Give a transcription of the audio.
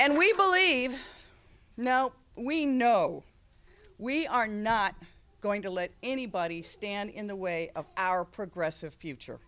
and we believe now we know we are not going to let anybody stand in the way of our progressive future